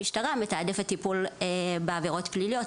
המשטרה מתעדפת טיפול בעבירות פליליות,